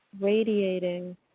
radiating